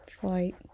Flight